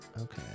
Okay